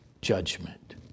judgment